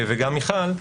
וגם מיכל.